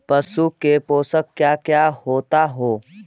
पशु के पुरक क्या क्या होता हो?